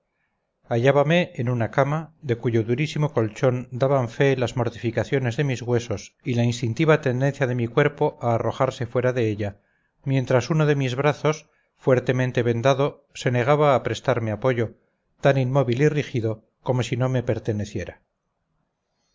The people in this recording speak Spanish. hallábame en una cama de cuyo durísimo colchón daban fe las mortificaciones de mis huesos y la instintiva tendencia de mi cuerpo a arrojarse fuera de ella mientras uno de mis brazos fuertemente vendado se negaba a prestarme apoyo tan inmóvil y rígido como si no me perteneciera